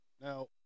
Now